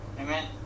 Amen